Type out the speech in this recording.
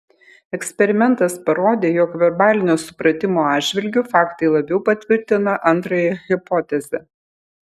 eksperimentas parodė jog verbalinio supratimo atžvilgiu faktai labiau patvirtina antrąją hipotezę